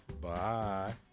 Bye